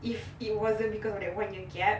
if it wasn't because of the one year gap